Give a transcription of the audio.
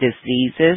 diseases